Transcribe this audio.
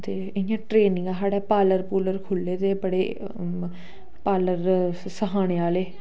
ते इ'यां ट्रेनिंगां साढ़े पार्लर पुर्लर खुह्ल्ले दे बड़े पार्लर सखाने आह्ले